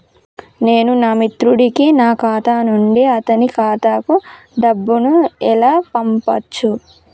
నేను నా మిత్రుడి కి నా ఖాతా నుండి అతని ఖాతా కు డబ్బు ను ఎలా పంపచ్చు?